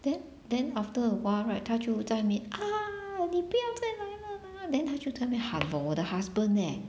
then then after a while right 她就在那边 你不要在来了 lah then 她就在那边喊 for 我的 husband eh